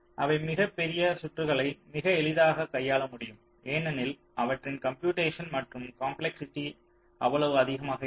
அவை மிகப் பெரிய சுற்றுகளை மிக எளிதாக கையாள முடியும் ஏனெனில் அவற்றின் கம்பூடேஷன் மற்றும் காம்ப்ளெக்ஸிட்டி அவ்வளவு அதிகமாக இல்லை